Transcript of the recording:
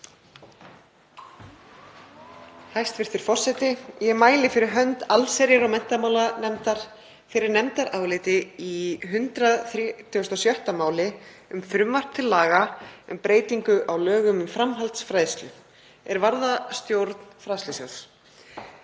Hæstv. forseti. Ég mæli fyrir hönd allsherjar- og menntamálanefndar fyrir nefndaráliti í 136. máli um frumvarp til laga um breytingu á lögum um framhaldsfræðslu er varðar stjórn Fræðslusjóðs.